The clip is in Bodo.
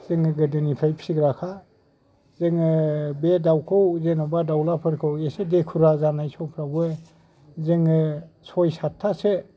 जोङो गोदोनिफ्राय फिग्राखा जोङो बे दावखौ जेन'बा दावलाफोरखौ एसे देखुरा जानाय समफ्रावबो जोङो सय सातथासो